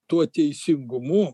tuo teisingumu